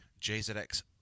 JZX